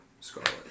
Scarlet